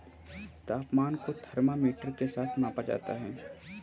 तापमान को थर्मामीटर के साथ मापा जाता है